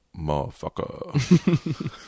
motherfucker